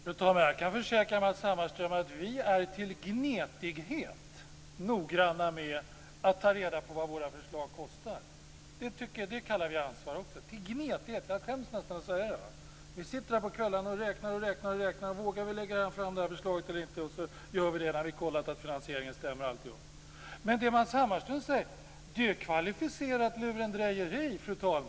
Fru talman! Jag kan försäkra Matz Hammarström att vi är till gnetighet noggranna med att ta reda på vad våra förslag kostar. Det kallar vi också ansvar. Vi är till gnetighet noggranna. Jag skäms nästan för att säga det. Vi sitter på kvällarna och räknar, räknar och räknar. Vågar vi lägga fram det här förslaget eller inte? Sedan gör vi det när vi kollat att finansieringen stämmer. Det Matz Hammarström säger är kvalificerat lurendrejeri, fru talman.